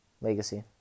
legacy